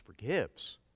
forgives